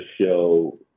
show